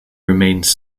remains